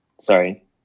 Sorry